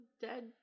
Dead